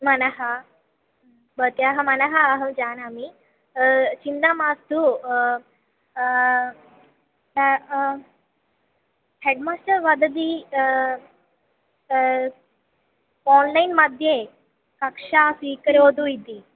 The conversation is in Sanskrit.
मनः भवत्याः मनः अहं जानामि चिन्ता मास्तु हेड्मास्टर् वदति आन्लैन्मध्ये कक्षां स्वीकरोतु इति